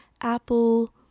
Apple